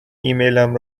ایمیلم